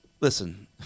listen